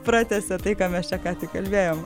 pratęsia tai ką mes čia ką tik kalbėjom